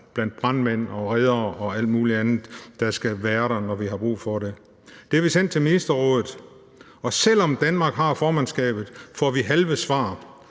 blandt brandmænd og reddere og alt muligt andet, der skal være der, når vi har brug for det. Det har vi sendt til Nordisk Ministerråd, og selv om Danmark har formandskabet, får vi halve svar,